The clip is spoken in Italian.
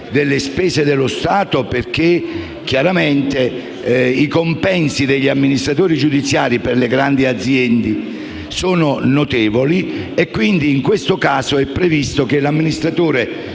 delle spese dello Stato perché, chiaramente, i compensi degli amministratori giudiziari per le grandi aziende sono notevoli e in questo caso è previsto che l'amministratore